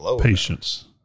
patience